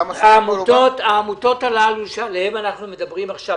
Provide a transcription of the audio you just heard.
כמה --- העמותות הללו שעליהן אנחנו מדברים עכשיו,